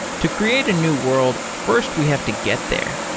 to create a new world, first we have to get there.